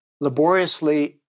laboriously